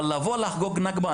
אבל לבוא לחגוג נכבה,